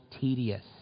tedious